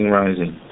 rising